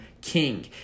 king